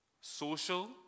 social